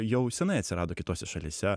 jau senai atsirado kitose šalyse